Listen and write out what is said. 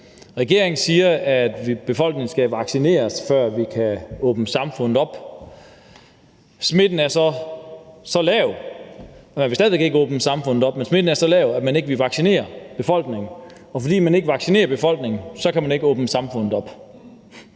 Smitten er lav, men man vil stadig væk ikke åbne samfundet op. Men smitten er så lav, at man ikke vil vaccinere befolkningen. Og fordi man ikke vaccinerer befolkningen, kan man ikke åbne samfundet op.